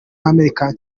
america